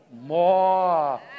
More